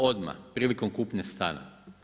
Odmah, prilikom kupnje stana.